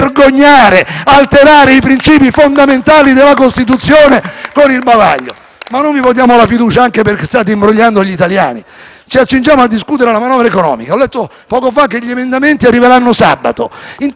i principi fondamentali della Costituzione con il bavaglio. *(Applausi dal Gruppo FI-BP)*. Non vi votiamo la fiducia anche perché state imbrogliando gli italiani. Ci accingiamo a discutere la manovra economica; ho letto poco fa che gli emendamenti arriveranno sabato. Intanto l'ecotassa c'è